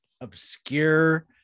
obscure